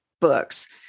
books